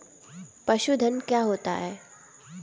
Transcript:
पशुधन क्या होता है?